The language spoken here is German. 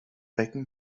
becken